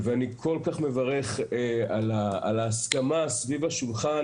אני כל כך מברך על ההסכמה סביב השולחן